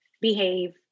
behave